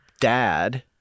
dad